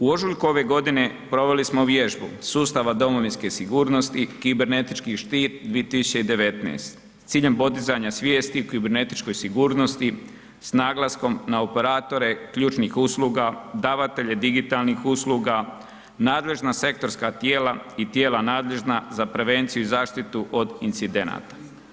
U ožujku ove godine proveli smo vježbu Sustava domovinske sigurnosti i kibernetički štit 2019. s ciljem podizanja svijesti o kibernetičkoj sigurnosti s naglaskom na operatore ključnih usluga, davatelje digitalnih usluga, nadležna sektorska tijela i tijela nadležna za prevenciju i zaštitu od incidenata.